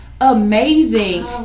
amazing